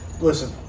listen